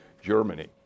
Germany